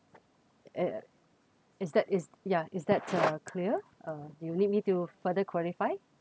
uh is that is ya is that uh clear uh do you need me to further clarify